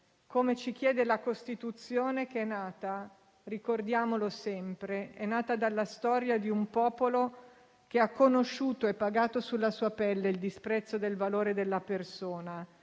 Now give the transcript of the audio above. come ci chiede la Costituzione, che è nata - ricordiamolo sempre - dalla storia di un popolo che ha conosciuto e pagato sulla sua pelle il disprezzo del valore della persona